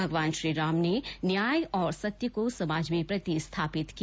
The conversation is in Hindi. भगवान श्री राम ने न्याय और सत्य को समाज में प्रतिस्थापित किया